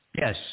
Yes